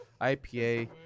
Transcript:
ipa